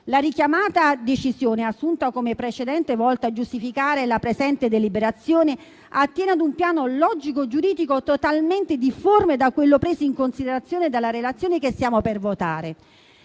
La richiamata decisione, assunta come precedente volto a giustificare la presente deliberazione, attiene ad un piano logico-giuridico totalmente difforme da quello preso in considerazione dalla relazione che stiamo per votare.